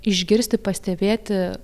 išgirsti pastebėti